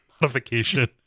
modification